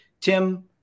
Tim